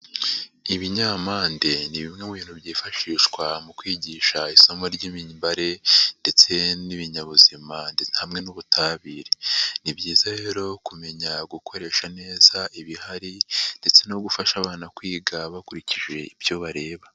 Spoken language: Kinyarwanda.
Ibinyampande ni bimwe mu bintu byifashishwa mu kwigisha isomo ry'imibare, ndetse n'ibinyabuzima hamwe n'ubutabire. Ni byiza rero kumenya gukoresha neza ibihari, ndetse no gufasha abana kwiga bakurikije ibyo bareba.